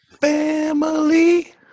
family